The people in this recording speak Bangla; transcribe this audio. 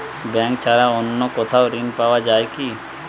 ব্যাঙ্ক ছাড়া অন্য কোথাও ঋণ পাওয়া যায় কি?